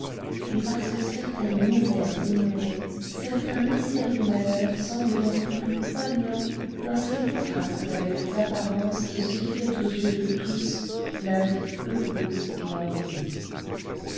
et parce que certaines misères ignorées certains mystérieux malheurs semblent encore plus poignants lorsqu'ils contrastent avec les apparences de ce qui fait aux yeux de tous la vie heureuse et